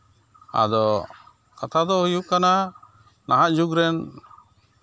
ᱟᱫᱚ ᱠᱟᱛᱷᱟ ᱫᱚ ᱦᱩᱭᱩᱜ ᱠᱟᱱᱟ ᱱᱟᱦᱟᱜ ᱡᱩᱜᱽ ᱨᱮᱱ